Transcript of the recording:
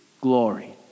glory